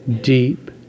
deep